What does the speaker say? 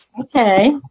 Okay